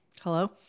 Hello